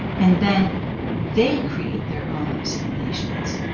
and then they create their own simulations,